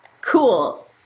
Cool